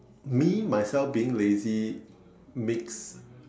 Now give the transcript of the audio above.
me myself being lazy makes